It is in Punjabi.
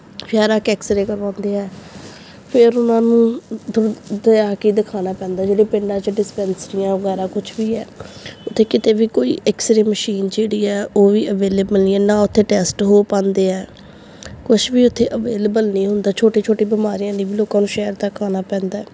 ਸ਼ਹਿਰ ਆ ਕੇ ਐਕਸਰੇ ਕਰਵਾਉਂਦੇ ਹੈ ਫੇਰ ਉਹਨਾਂ ਨੂੰ ਤ ਉੱਥੇ ਆ ਕੇ ਦਿਖਾਉਣਾ ਪੈਂਦਾ ਜਿਹੜੇ ਪਿੰਡਾਂ 'ਚ ਡਿਸਪੈਂਸਰੀਆਂ ਵਗੈਰਾ ਕੁਛ ਵੀ ਹੈ ਉੱਥੇ ਕਿਤੇ ਵੀ ਕੋਈ ਐਕਸਰੇ ਮਸ਼ੀਨ ਜਿਹੜੀ ਹੈ ਉਹ ਵੀ ਅਵੇਲੇਬਲ ਨਹੀਂ ਹੈ ਨਾ ਉੱਥੇ ਟੈਸਟ ਹੋ ਪਾਉਂਦੇ ਹੈ ਕੁਛ ਵੀ ਉੱਥੇ ਅਵੇਲੇਬਲ ਨਹੀਂ ਹੁੰਦਾ ਛੋਟੇ ਛੋਟੇ ਬਿਮਾਰੀਆਂ ਲਈ ਵੀ ਲੋਕਾਂ ਨੂੰ ਸ਼ਹਿਰ ਤੱਕ ਆਉਣਾ ਪੈਂਦਾ